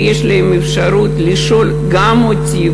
ויש להם אפשרות לשאול גם אותי.